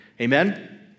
Amen